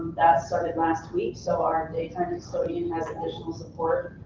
that started last week so our daytime custodian has additional support.